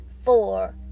four